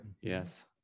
Yes